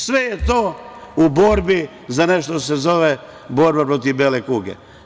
Sve je to u borbi za nešto što se zove borba protiv bele kuge.